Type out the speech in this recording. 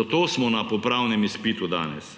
Zato smo na popravnem izpitu danes.